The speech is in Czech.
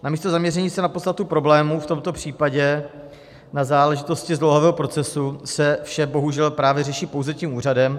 Namísto zaměření se na podstatu problému, v tomto případě na záležitosti zdlouhavého procesu, se vše bohužel právě řeší pouze tím úřadem.